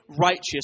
righteous